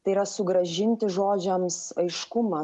tai yra sugrąžinti žodžiams aiškumą